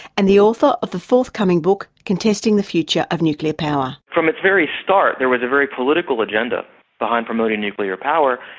and the author of the forthcoming book contesting the future of nuclear power. from its very start there was a very political agenda behind promoting nuclear power,